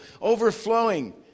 overflowing